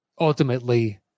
ultimately